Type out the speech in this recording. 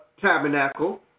tabernacle